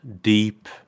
deep